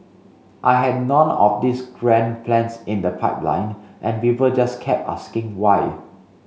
I had none of these grand plans in the pipeline and people just kept asking why